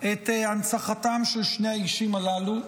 את הנצחתם של שני האישים הללו.